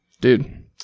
dude